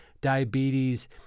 diabetes